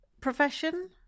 profession